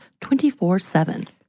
24-7